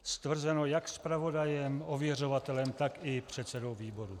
Stvrzeno jak zpravodajem, ověřovatelem, tak i předsedou výboru.